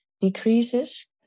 decreases